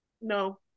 no